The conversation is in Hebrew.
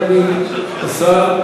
ינמק את ההצעה חבר הכנסת אחמד טיבי.